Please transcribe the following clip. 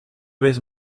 vez